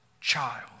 child